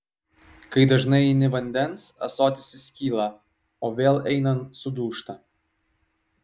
kai dažnai eini vandens ąsotis įskyla o vėl einant sudūžta